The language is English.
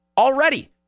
Already